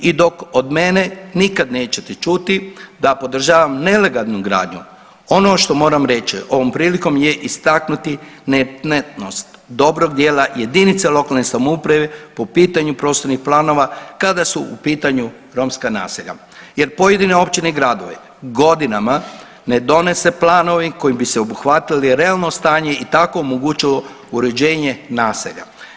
I dok od mene nikad nećete čuti da podržavam nelegalnu gradnju, ono što moram reći ovom prilikom je istaknuti ne … dobrog dijela jedinica lokalne samouprave po pitanju prostornih planova kada su u pitanju romska naselja jer pojedine općine i gradovi godinama ne donose planove kojim bi se obuhvatilo realno stanje i tako omogućilo uređenje naselja.